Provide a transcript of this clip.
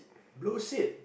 blue seat